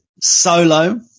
Solo